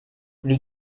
wie